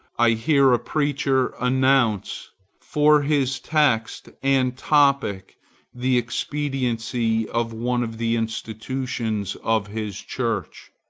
i hear a preacher announce for his text and topic the expediency of one of the institutions of his church.